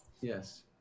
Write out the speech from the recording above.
Yes